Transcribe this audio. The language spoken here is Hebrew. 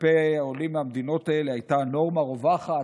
כלפי העולים מהמדינות האלה הייתה נורמה רווחת.